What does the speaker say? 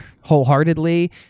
wholeheartedly